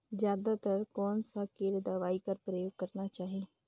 जादा तर कोन स किट दवाई कर प्रयोग करना चाही?